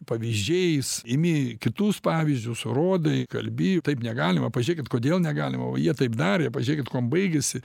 pavyzdžiais imi kitus pavyzdžius rodai kalbi taip negalima pažiūrėkit kodėl negalima o jie taip darė pažiūrėkit kuom baigėsi